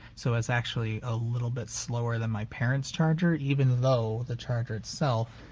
so it's actually a little bit slower than my parent's charger even though the charger itself